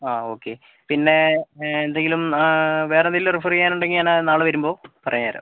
ആ ഓക്കെ പിന്നേ എന്തെങ്കിലും വേറെ എന്തേലും റെഫർ ചെയ്യാനുണ്ടെങ്കിൽ ഞാന് നാളെ വരുമ്പോൾ പറഞ്ഞ് തരാം